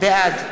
בעד